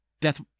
Death